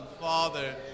Father